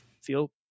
feel